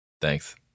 Thanks